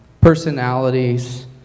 personalities